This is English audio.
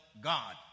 God